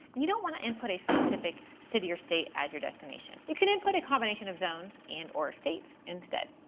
and you don't want to input a specific city or state as your destination. you can input a combination of zones and or states instead.